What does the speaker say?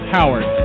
Howard